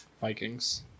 Vikings